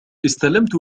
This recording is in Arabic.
استلمت